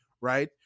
right